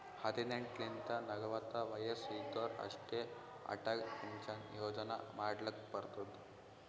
ಹದಿನೆಂಟ್ ಲಿಂತ ನಲ್ವತ ವಯಸ್ಸ್ ಇದ್ದೋರ್ ಅಷ್ಟೇ ಅಟಲ್ ಪೆನ್ಷನ್ ಯೋಜನಾ ಮಾಡ್ಲಕ್ ಬರ್ತುದ್